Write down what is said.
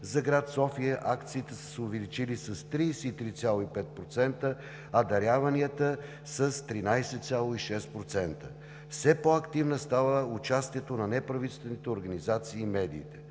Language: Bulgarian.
За град София акциите са се увеличили с 33,5%, а даряванията – с 13,6%. Все по-активно става участието на неправителствените организации и медиите.